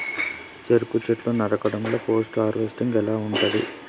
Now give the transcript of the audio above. చెరుకు చెట్లు నరకడం లో పోస్ట్ హార్వెస్టింగ్ ఎలా ఉంటది?